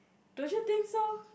don't you think so